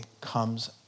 comes